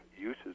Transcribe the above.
uses